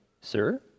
Sir